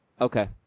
Okay